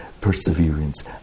perseverance